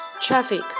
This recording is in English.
traffic